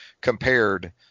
compared